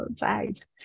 right